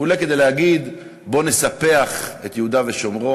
אולי כדי להגיד: בואו נספח את יהודה ושומרון.